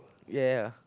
ya ya